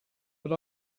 but